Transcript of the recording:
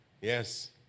yes